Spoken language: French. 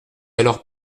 alors